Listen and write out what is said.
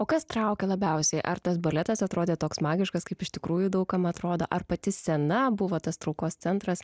o kas traukia labiausiai ar tas baletas atrodė toks magiškas kaip iš tikrųjų daug kam atrodo ar pati scena buvo tas traukos centras